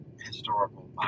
historical